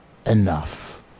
enough